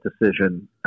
decision